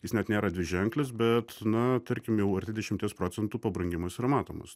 jis net nėra dviženklis bet na tarkim jau arti dešimties procentų pabrangimas yra matomas